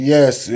Yes